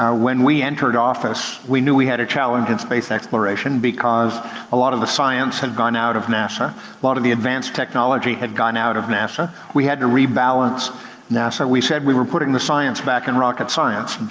when we entered office, we knew we had a challenge in space exploration because a lot of the science had gone out of nasa, a lot of the advanced technology had gone out of nasa, we had to rebalance nasa. we said we were putting the science back in rocket science,